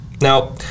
Now